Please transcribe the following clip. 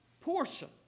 portion